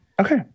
okay